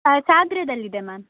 ಸಾಗರದಲ್ಲಿದೆ ma'am